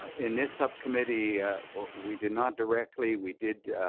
in this subcommittee we did not directly. we did